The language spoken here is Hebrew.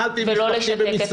אתמול אכלתי עם משפחתי במסעדה,